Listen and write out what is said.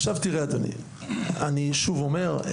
עכשיו תראה אדוני אני שוב אומר,